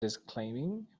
disclaiming